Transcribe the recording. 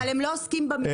אבל הם לא עוסקים במקצוע.